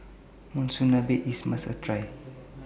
Monsunabe IS must A Try